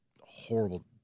horrible